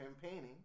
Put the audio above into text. campaigning